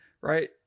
Right